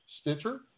Stitcher